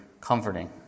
comforting